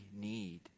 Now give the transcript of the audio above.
need